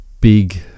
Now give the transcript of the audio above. big